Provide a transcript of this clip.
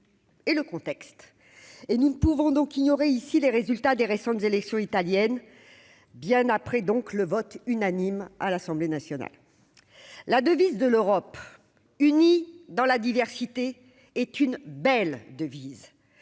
Et le contexte et nous ne pouvons donc ignorer ici les résultats des récentes élections italiennes bien après donc le vote unanime à l'Assemblée nationale, la devise de l'Europe unie dans la diversité est une belle devise